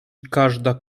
każda